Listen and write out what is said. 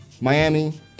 Miami